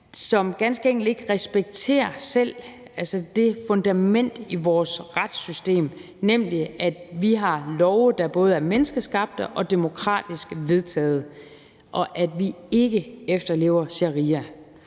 som ganske enkelt ikke respekterer det fundament i vores retssystem, nemlig at vi har love, der både er menneskeskabt og demokratisk vedtaget, og at vi ikke efterlever sharia.